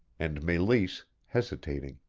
and meleese, hesitating,